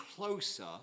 closer